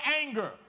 anger